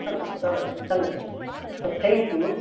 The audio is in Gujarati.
સરસ સરસ ચાલો થેન્ક યુ હો